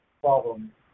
problem